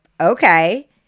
okay